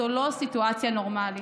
זו לא סיטואציה נורמלית.